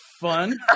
fun